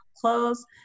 close